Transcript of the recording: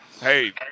Hey